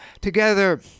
together